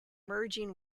merging